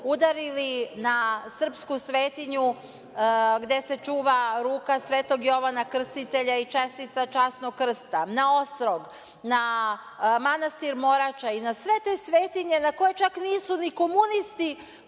udarili na srpsku svetinju, gde se čuva ruka Svetog Jovana Krstitelja, i čestica časnog krsta, na Ostrog, na manastir Morača i na sve te svetinje na koje čak nisu ni komunisti